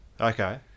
Okay